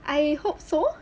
I hope so